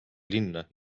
linna